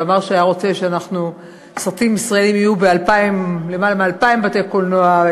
ואמר שהוא היה רוצה שסרטים ישראליים יהיו בלמעלה מ-2,000 בתי-קולנוע,